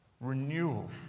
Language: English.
Renewal